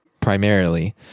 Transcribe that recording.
primarily